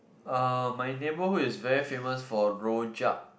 uh my neighbourhood is very famous for rojak